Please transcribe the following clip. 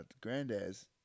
granddad's